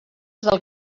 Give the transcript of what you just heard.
del